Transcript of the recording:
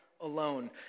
alone